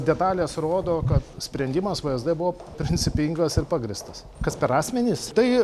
detalės rodo ka sprendimas vsd buvo principingas ir pagrįstas kas per asmenys tai